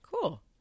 Cool